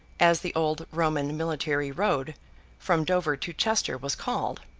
as the old roman military road from dover to chester was called,